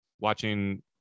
watching